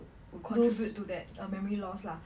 would could do that memory loss lah